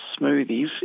smoothies